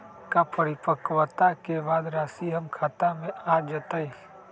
का परिपक्वता के बाद राशि हमर खाता में आ जतई?